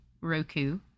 Roku